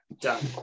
done